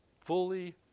fully